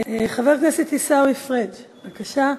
חבר הכנסת עיסאווי פריג', בבקשה.